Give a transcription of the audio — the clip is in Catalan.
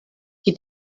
qui